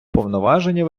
повноваження